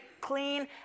clean